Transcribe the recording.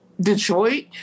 Detroit